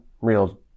real